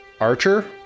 Archer